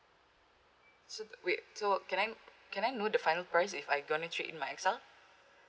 so wait so can I can I know the final price if I gonna trade in my X_R